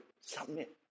submit